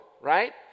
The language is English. right